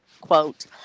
quote